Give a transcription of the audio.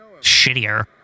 Shittier